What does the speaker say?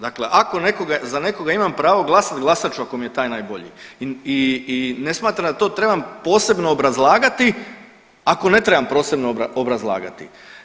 Dakle, ako za nekoga imam pravo glasat, glasat ću ako mi je taj najbolji i ne smatram da to trebam posebno obrazlagati ako ne trebam posebno obrazlagati.